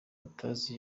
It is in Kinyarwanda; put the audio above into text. utazi